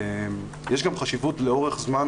יש גם חשיבות לאורך זמן,